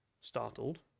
startled